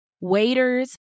waiters